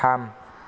थाम